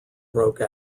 broke